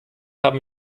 haben